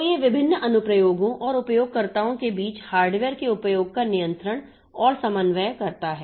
तो ये विभिन्न अनुप्रयोगों और उपयोगकर्ताओं के बीच हार्डवेयर के उपयोग का नियंत्रण और समन्वय करता है